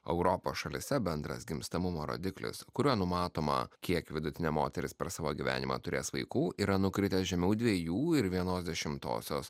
europos šalyse bendras gimstamumo rodiklis kuriuo numatoma kiek vidutinė moteris per savo gyvenimą turės vaikų yra nukritęs žemiau dviejų ir vienos dešimtosios